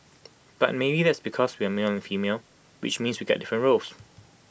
but maybe that's because we're male and female which means we get different roles